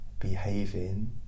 behaving